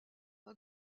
pas